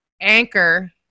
Anchor